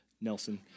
Nelson